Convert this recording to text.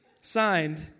Signed